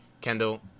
Kendall